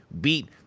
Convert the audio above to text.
beat